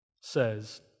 says